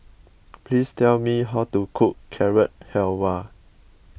please tell me how to cook Carrot Halwa